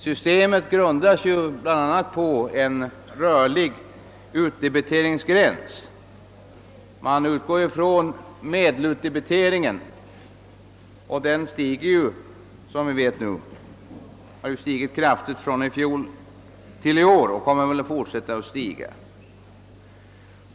Systemet grundar sig bl.a. på en rörlig utdebiteringsgräns, som fastställs med hänsyn till medelutdebiteringen, och denna har som bekant höjts mycket kraftigt bara från i fjol och kommer väl att fortsätta att stiga.